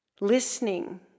listening